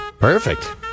Perfect